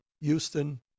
Houston